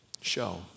show